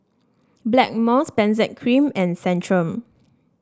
Blackmores Benzac Cream and Centrum